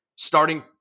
starting